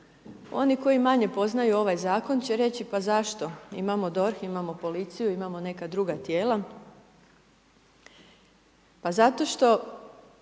Oni koji manje poznaju ovaj Zakon, će reći, pa zašto? Imamo DORH, imamo policiju, imamo neka druga tijela. Pa zato što